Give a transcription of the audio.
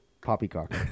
Poppycock